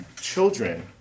children